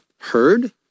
heard